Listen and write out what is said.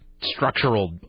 Structural